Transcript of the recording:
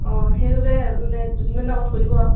অঁ সেইবাবে যে মানে দুদিনমান আগত কৈ দিব আৰু